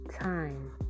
time